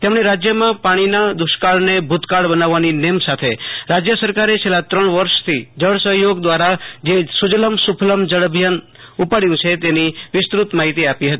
તેમને રાજ્યમાં પાણીના દુષ્કાળને ભૂતકાળ બનાવવાની નેમ સાથે રાજ્ય સરકારે છેલ્લા ત્રણ વર્ષથી જળ સહયોગ દ્વારા જે સુજલામ સુફલામ જળ અભિયાન ઉપાડ્યું છે તેની વિસ્તૃત માહિતી આપી હતી